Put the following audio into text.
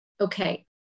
Okay